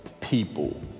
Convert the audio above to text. people